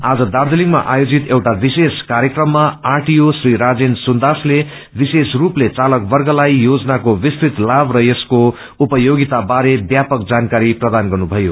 आज दार्जीलिङमा आयोजित एउटा विशेष कार्यक्रममा आरटीओ श्री राजेन सुन्धसले विशेष रूपले चातकबर्गलाई याजनाको विव्तृत लाभ र यसको उपयोगिता बारे व्यापक जानकारी प्रदान गर्नु भयो